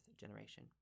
generation